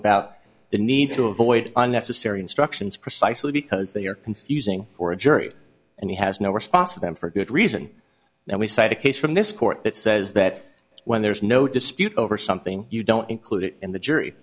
about the need to avoid unnecessary instructions precisely because they are confusing for a jury and he has no response to them for good reason and we cite a case from this court that says that when there is no dispute over something you don't include it in the jury